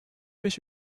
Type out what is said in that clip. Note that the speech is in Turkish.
beş